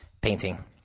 painting